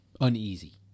uneasy